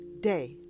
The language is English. day